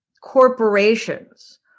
corporations